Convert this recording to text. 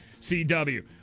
CW